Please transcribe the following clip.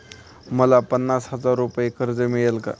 मला पन्नास हजार रुपये कर्ज मिळेल का?